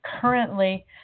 currently